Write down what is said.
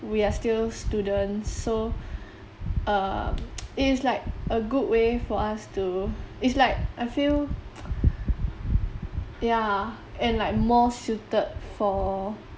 we are still students so um it is like a good way for us to it's like I feel yeah and like more suited for